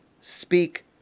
speak